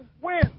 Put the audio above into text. win